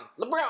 LeBron